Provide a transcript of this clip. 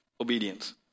Obedience